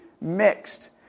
mixed